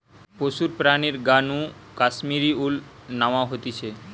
পশুর প্রাণীর গা নু কাশ্মীর উল ন্যাওয়া হতিছে